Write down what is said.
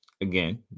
Again